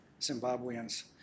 Zimbabweans